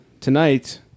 tonight